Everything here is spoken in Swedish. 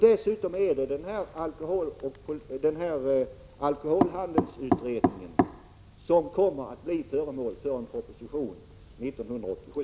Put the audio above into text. Dessutom kommer ju alkoholhandelsutredningen att ligga till grund för en proposition 1987.